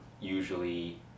usually